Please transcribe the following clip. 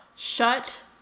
Shut